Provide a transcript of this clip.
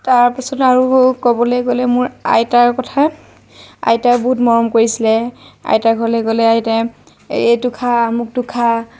তাৰপিছত আৰু ক'বলৈ গ'লে মোৰ আইতাৰ কথা আইতাই বহুত মৰম কৰিছিলে আইতাৰ ঘৰলৈ গ'লে আইতাই এইটো খা অমুকটো খা